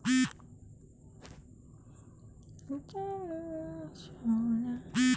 সোনা বা জমির পরিবর্তে ঋণ নেওয়া যায় কী?